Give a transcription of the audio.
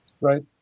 right